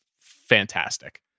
fantastic